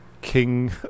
king